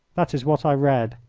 that is what i read.